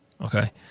Okay